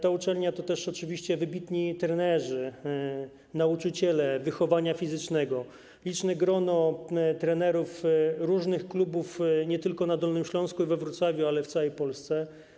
Ta uczelnia to też oczywiście wybitni trenerzy, nauczyciele wychowania fizycznego, liczne grono trenerów różnych klubów nie tylko na Dolnym Śląsku i we Wrocławiu, ale także w całej Polsce.